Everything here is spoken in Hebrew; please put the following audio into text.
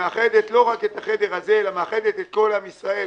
שמאחדת לא רק את החדר אלא מאחדת את כל עם ישראל,